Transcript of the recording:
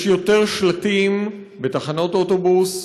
יש יותר שלטים בתחנות אוטובוס,